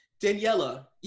Daniela